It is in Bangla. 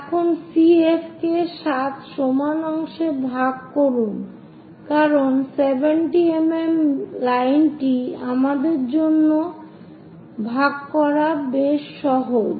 এখন CF কে 7 সমান অংশে ভাগ করুন কারণ 70mm লাইনটি আমাদের জন্য ভাগ করা বেশ সহজ